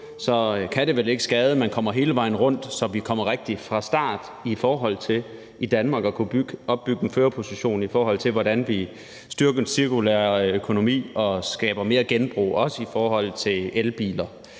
så kan det vel ikke skade, at man kommer hele vejen rundt, så vi kommer rigtigt fra start i forhold til at kunne opbygge en førerposition i Danmark inden for, hvordan vi styrker den cirkulære økonomi og skaber mere genbrug, også hvad angår elbiler,